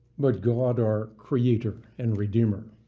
but god our creator and redeemer.